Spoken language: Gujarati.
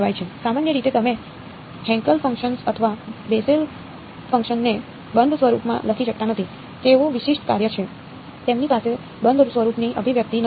સામાન્ય રીતે તમે હેન્કેલ ફંક્શન્સ ને બંધ સ્વરૂપમાં લખી શકતા નથી તેઓ વિશિષ્ટ કાર્ય છે તેમની પાસે બંધ સ્વરૂપની અભિવ્યક્તિ નથી